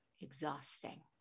exhausting